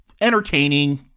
entertaining